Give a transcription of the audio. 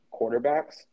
quarterbacks